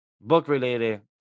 book-related